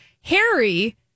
Harry